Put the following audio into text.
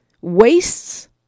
wastes